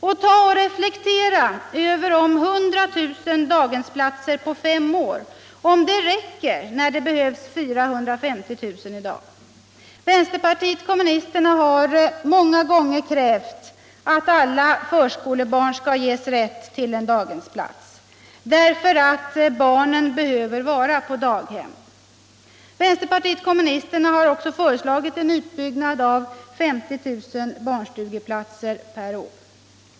Och ta och reflektera över om 100 000 daghemsplatser på fem år räcker när det behövs 450 000 i dag! Vänsterpartiet kommunisterna har många gånger krävt att alla för skolebarn skall ges rätt till en daghemsplats därför att barnen behöver vara på daghem. Vänsterpartiet kommunisterna har också föreslagit en utbyggnad med 50 000 barnstugeplatser per år.